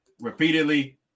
repeatedly